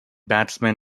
batsman